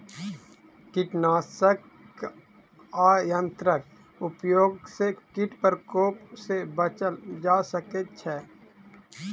कीटनाशक आ यंत्रक उपयोग सॅ कीट प्रकोप सॅ बचल जा सकै छै